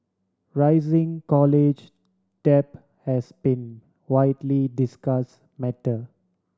rising college debt has been widely discuss matter